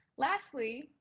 lastly,